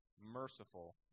merciful